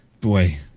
boy